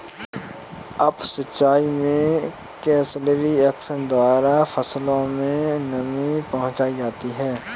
up सिचाई में capillary action द्वारा फसलों में नमी पहुंचाई जाती है